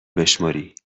بشمری